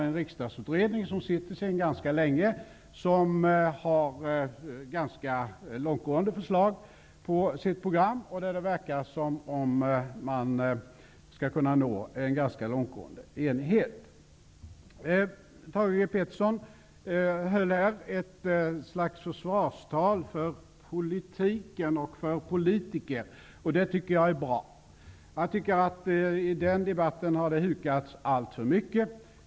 En riksdagsutredning som tillsattes för rätt länge sedan har ganska långtgående förslag på sitt program. Det verkar som om den skall kunna nå en långtgående enighet. Thage G. Peterson höll ett slags försvarstal för politiken och för politiker. Det tycker jag är bra. Det har hukats alltför mycket i den debatten.